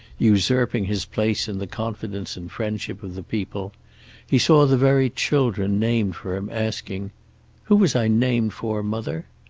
usurping his place in the confidence and friendship of the people he saw the very children named for him asking who was i named for, mother?